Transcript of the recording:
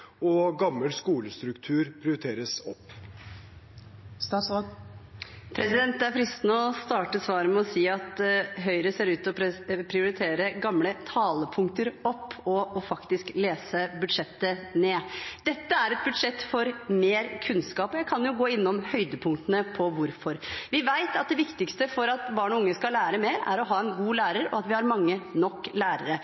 og gammel skolestruktur prioriteres opp? Det er fristende å starte svaret med å si at Høyre ser ut til å prioritere gamle talepunkter opp og faktisk å lese budsjettet ned. Dette er et budsjett for mer kunnskap. Jeg kan gå innom høydepunktene for hvorfor. Vi vet at det viktigste for at barn og unge skal lære mer, er å ha en god